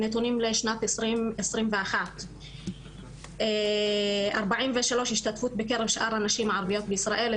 נתונים לשנת 2021. ארבעים ושלוש השתתפות בקרב שאר הנשים הערביות בישראל,